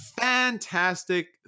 fantastic